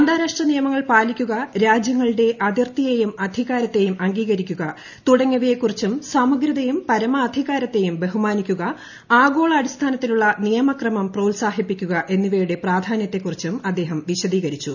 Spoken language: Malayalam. അന്താരാഷ്ട്ര നിയമങ്ങൾ പാലിക്കുക രാജ്യങ്ങളുടെ അതിർത്തിയേയും അധികാരത്തേയും അംഗീകരിക്കുക തുടങ്ങിയവയെ കുറിച്ചും സമഗ്രതയെയും പരമാധികാരത്തെയും ബഹുമാനിക്കുക ആഗോളാടിസ്ഥാനത്തിലുള്ള നിയമക്രമം പ്രോത്സാഹിപ്പിക്കുക എന്നിവ യുടെ പ്രാധാന്യത്തെക്കുറിച്ചും അദ്ദേഹം വിശദീകരിച്ചു